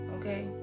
okay